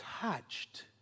touched